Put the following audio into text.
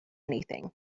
anything